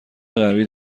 قوی